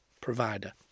provider